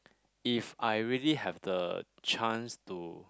if I really have the chance to